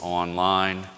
online